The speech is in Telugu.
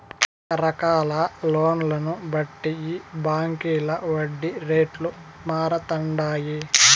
రకరకాల లోన్లను బట్టి ఈ బాంకీల వడ్డీ రేట్లు మారతండాయి